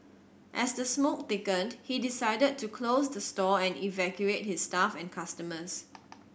as the smoke thickened he decided to close the store and evacuate his staff and customers